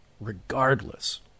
regardless